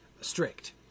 strict